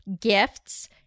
gifts